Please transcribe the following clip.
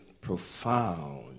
profound